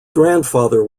grandfather